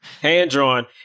hand-drawn